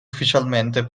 ufficialmente